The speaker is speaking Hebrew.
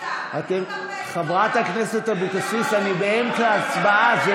חברת הכנסת אבקסיס, אני באמצע הצבעה.